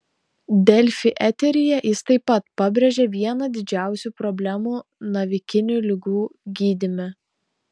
delfi eteryje jis taip pat pabrėžė vieną didžiausių problemų navikinių ligų gydyme